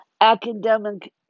academic